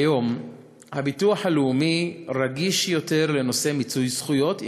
כיום הביטוח הלאומי רגיש יותר לנושא מיצוי זכויות,